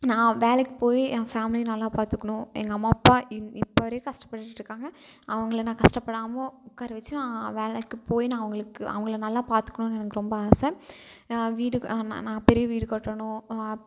நான் வேலைக்கு போய் என் ஃபேமிலியை நல்லா பார்த்துக்குணும் எங்கள் அம்மா அப்பா இ இப்போ வரைக்கும் கஷ்டப்பட்டுட்டுருக்காங்க அவங்கள நான் கஷ்டப்படாமல் உட்கார வச்சி நான் வேலைக்கு போய் நான் அவங்களுக்கு அவங்கள நல்லா பார்த்துக்கணுன்னு எனக்கு ரொம்ப ஆசை நான் வீடு நான் நான் பெரிய வீடு கட்டணும்